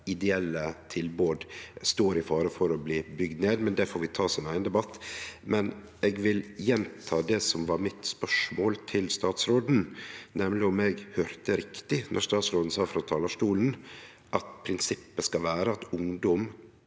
ideelle tilbod står i fare for å bli bygde ned, men det får vi ta som ein eigen debatt. Eg vil gjenta det som var mitt spørsmål til statsråden, nemleg om eg høyrde riktig, og at statsråden frå talarstolen sa at prinsippet skal vere at ungdom